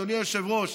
אדוני היושב-ראש.